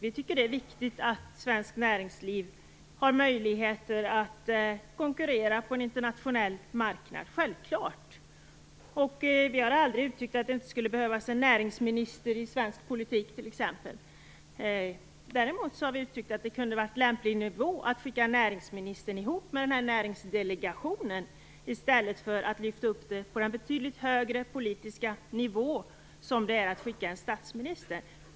Vi tycker att det är viktigt att svenskt näringsliv har möjligheter att konkurrera på en internationell marknad, det är självklart. Vi har aldrig t.ex. uttryckt att det inte skulle behövas en näringsminister i svensk politik. Däremot har vi uttryckt att det kunde ha varit en lämplig nivå att skicka näringsministern ihop med denna näringsdelegation i stället för att lyfta upp det här på den betydligt högre politiska nivå som det innebar att skicka en statsminister.